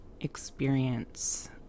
experience